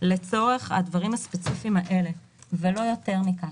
לצורך הדברים הספציפיים האלה ולא יותר מכך.